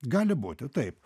gali būti taip